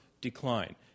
decline